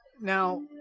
Now